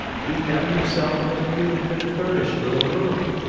he found himself in a beautifully furnished little room,